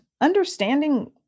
understanding